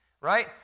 right